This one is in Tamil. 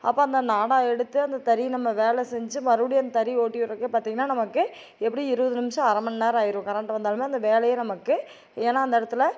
அப்போ அந்த நாடாவை எடுத்து அந்த தறியை நம்ம வேலை செஞ்சு மறுபடியும் தறியை ஓட்டி விட்றதுக்கு பார்த்திங்கினா நமக்கு எப்படியும் இருபது நிமிடம் அரைமணி நேரம் ஆயிடும் கரண்ட்டு வந்தாலும் அந்த வேலையே நமக்கு ஏன்னா அந்த இடத்துல